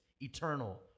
eternal